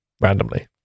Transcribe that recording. randomly